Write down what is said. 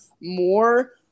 more